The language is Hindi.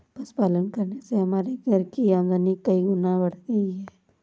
पशुपालन करने से हमारे घर की आमदनी कई गुना बढ़ गई है